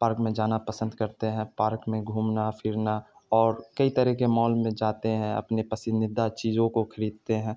park میں جانا پسند کرتے ہیں پارک میں گھومنا پھرنا اور کئی طرح کے مال میں جاتے ہیں اپنی پسندیدہ چیزوں کو خریدتے ہیں